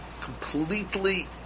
Completely